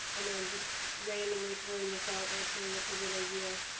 and i'm just randomly throwing this out, not saying it's a good idea.